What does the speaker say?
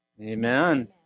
amen